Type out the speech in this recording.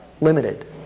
Limited